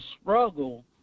struggle